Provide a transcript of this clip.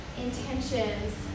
intentions